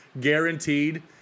guaranteed